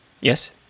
yes